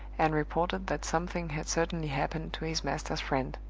and reported that something had certainly happened to his master's friend.